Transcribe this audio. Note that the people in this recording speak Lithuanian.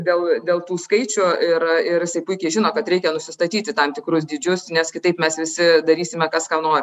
dėl dėl tų skaičių ir ir jisai puikiai žino kad reikia nusistatyti tam tikrus dydžius nes kitaip mes visi darysime kas ką nori